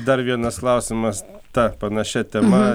dar vienas klausimas ta panašia tema